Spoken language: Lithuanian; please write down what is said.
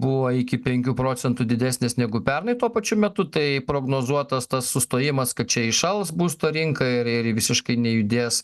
buvo iki penkių procentų didesnės negu pernai tuo pačiu metu tai prognozuotas tas sustojimas kad čia įšals būsto rinka ir ir visiškai nejudės